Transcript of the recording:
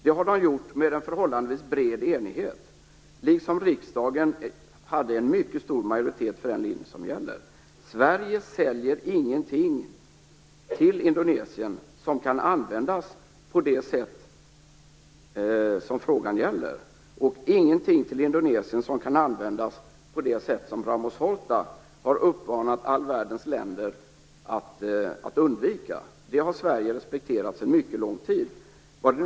Det har de gjort med en förhållandevis bred enighet, liksom riksdagen hade en mycket stor majoritet för den linje som gäller. Sverige säljer ingenting till Indonesien som kan användas på det sätt som frågan gäller, och Sverige säljer ingenting till Indonesien som kan användas på det sätt som Ramos Horta har uppmanat all världens länder att undvika. Det har Sverige respekterat sedan mycket långt tillbaka.